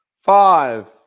Five